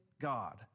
God